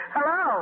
Hello